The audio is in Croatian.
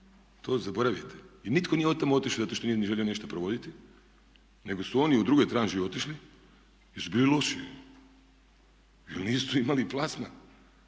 to zaboravite. I nitko nije od tamo otišao zato što nije želio nešto provoditi, nego su oni u drugoj tranši otišli jer su bili loši, jer nisu imali plasman,